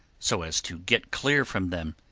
so as to get clear from them.